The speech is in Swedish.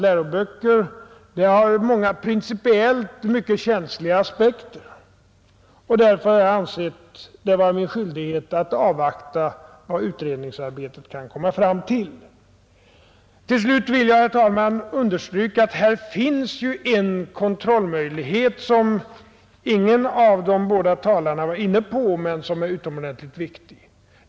Den har många principiellt mycket känsliga aspekter, och därför har jag ansett det vara min skyldighet att avvakta vad utredningsarbetet kan leda fram till. Till slut vill jag, herr talman, understryka att det finns en kontrollmöjlighet som ingen av de båda talarna varit inne på men som är utomordentligt viktig.